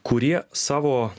kurie savo